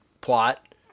plot